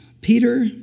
Peter